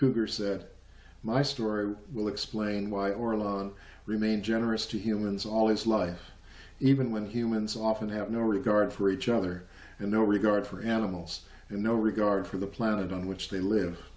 cougars that my story will explain why or remain generous to humans all his life even when humans often have no regard for each other and no regard for animals and no regard for the planet on which they live